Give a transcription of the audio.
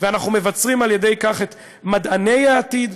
ואנחנו מבצרים על-ידי כך את מדעני העתיד,